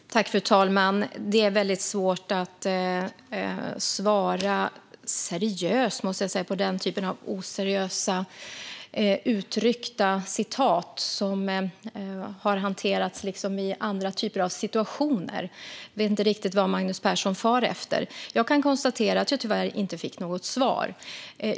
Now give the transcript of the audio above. Fru talman! Jag måste säga att det är väldigt svårt att svara seriöst på den typen av oseriösa frågor om lösryckta citat som har gällt andra situationer. Jag vet inte riktigt vad Magnus Persson far efter. Jag kan konstatera att jag tyvärr inte fick något svar.